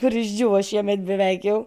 ir išdžiūvo šiemet beveik jau